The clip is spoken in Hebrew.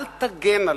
אל תגן עליה.